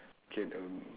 K um